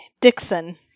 Dixon